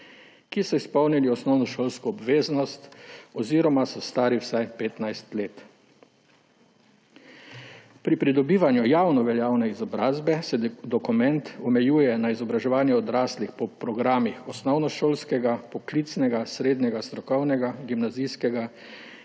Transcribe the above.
ki so izpolnili osnovnošolsko obveznost oziroma so stari vsaj 15 let. Pri pridobivanju javno veljavne izobrazbe se dokument omejuje na izobraževanje odraslih po programih osnovnošolskega, poklicnega, srednjega strokovnega, gimnazijskega